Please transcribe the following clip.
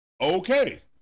Okay